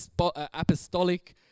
apostolic